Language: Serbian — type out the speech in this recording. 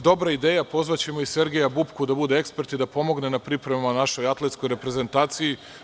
Dobra ideja, pozvaćemo i Sergeja Bubpku da bude ekspert i da pomogne na pripremama našoj atletskoj reprezentaciji.